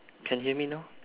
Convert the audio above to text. can hear me now